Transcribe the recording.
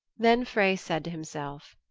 then frey said to himself,